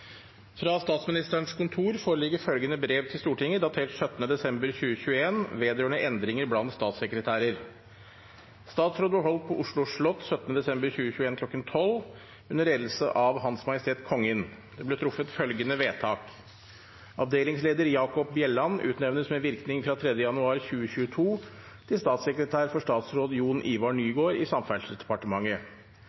Fra Statsministerens kontor foreligger følgende brev til Stortinget datert 17. desember 2021 vedrørende endringer blant statssekretærer: «Statsråd ble holdt på Oslo slott 17. desember 2021 kl. 1200 under ledelse av Hans Majestet Kongen. Det ble truffet følgende vedtak: Avdelingsleder Jakob Bjelland utnevnes med virkning fra 3. januar 2022 til statssekretær for statsråd